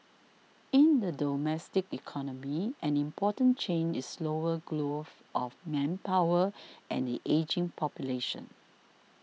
in the domestic economy an important change is slower growth of manpower and the ageing population